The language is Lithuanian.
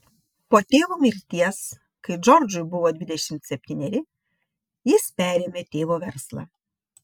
po tėvo mirties kai džordžui buvo dvidešimt septyneri jis perėmė tėvo verslą